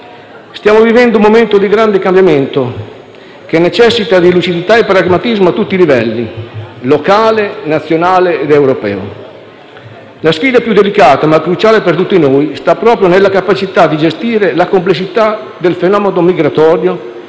Stiamo vivendo un momento di grande cambiamento, che necessita di lucidità e pragmatismo a tutti i livelli, locale, nazionale ed europeo. La sfida più delicata, ma cruciale per tutti noi, sta proprio nella capacità di gestire la complessità del fenomeno migratorio,